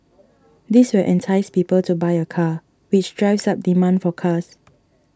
this will entice people to buy a car which drives up demand for cars